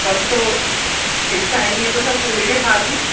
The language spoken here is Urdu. سر تو پیچھے آئیں گے تو سر دولہے کے ساتھ ہی